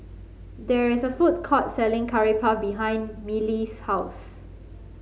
there is a food court selling Curry Puff behind Mellie's house